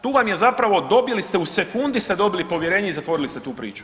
Tu vam je zapravo, dobili ste u sekundi ste dobili povjerenje i zatvorili ste tu priču.